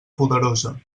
poderosa